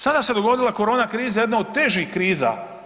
Sada se dogodila korona kriza jedna od težih kriza.